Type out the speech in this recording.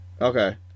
Okay